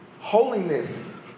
Holiness